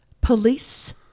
Police